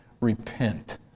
Repent